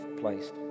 placed